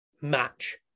match